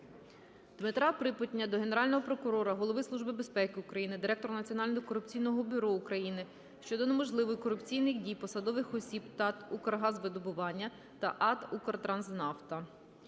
Дмитра Припутня до Генерального прокурора, Голови Служби безпеки України, директора Національного антикорупційного бюро України щодо можливих корупційних дій посадових осіб АТ "Укргазвидобування" та АТ "Укртранснафта".